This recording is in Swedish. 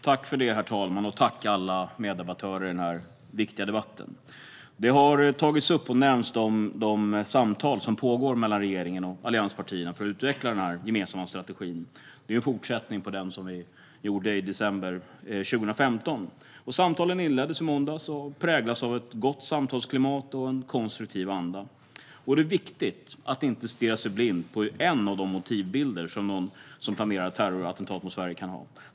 Herr talman! Tack, alla meddebattörer i denna viktiga debatt! De samtal som pågår mellan regeringen och allianspartierna för att utveckla den gemensamma strategin har tagits upp. Det är en fortsättning på den som vi gjorde i december 2015. Samtalen inleddes i måndags. De präglas av ett gott samtalsklimat och en konstruktiv anda. Det är viktigt att inte stirra sig blind på en av de motivbilder som någon som planerar ett terrorattentat mot Sverige kan ha.